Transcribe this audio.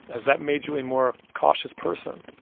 has that made you a more cautious person?